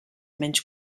menys